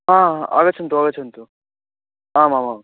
आ ह आगच्छन्तु आगच्छन्तु आमामाम्